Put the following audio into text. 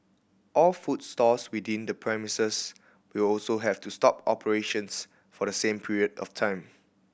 all food stalls within the premises will also have to stop operations for the same period of time